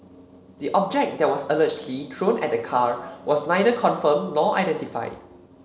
the object that was allegedly thrown at the car was neither confirmed nor identified